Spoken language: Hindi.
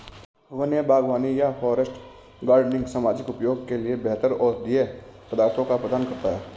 वन्य बागवानी या फॉरेस्ट गार्डनिंग सामाजिक उपयोग के लिए बेहतर औषधीय पदार्थों को प्रदान करता है